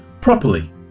properly